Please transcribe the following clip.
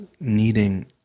needing